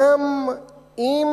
גם אם